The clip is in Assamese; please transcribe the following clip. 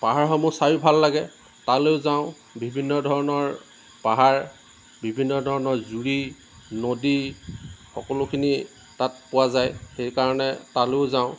পাহাৰসমূহ চাইও ভাল লাগে তালৈ যাওঁ বিভিন্ন ধৰণৰ পাহাৰ বিভিন্ন ধৰণৰ জুৰি নদী সকলোখিনি তাত পোৱা যায় সেইকাৰণে তালৈ যাওঁ